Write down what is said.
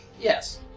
Yes